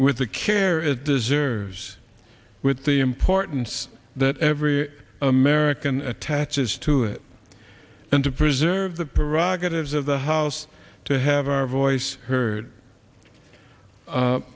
with the care at the servers with the importance that every american attaches to it and to preserve the prerogatives of the house to have our voice heard